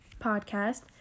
podcast